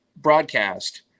broadcast